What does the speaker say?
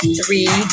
three